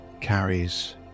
carries